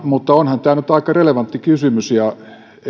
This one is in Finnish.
mutta onhan tämä nyt aika relevantti kysymys